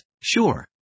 sure